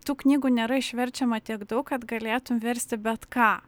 tų knygų nėra išverčiama tiek daug kad galėtum versti bet ką